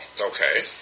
Okay